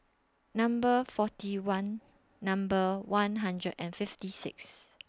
Number forty one Number one hundred and fifty six